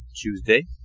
Tuesday